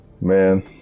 Man